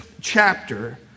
chapter